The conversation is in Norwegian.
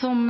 Som